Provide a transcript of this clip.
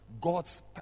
God's